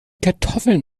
kartoffeln